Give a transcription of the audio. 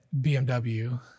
BMW